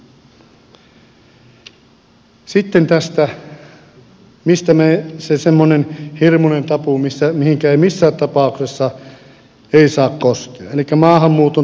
sitten tästä mikä on semmoinen hirmuinen tabu mihinkä ei missään tapauksessa saa koskea elikkä maahanmuuton tuomista ongelmista